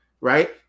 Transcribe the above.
Right